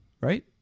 right